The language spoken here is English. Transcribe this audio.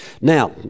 Now